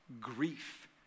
grief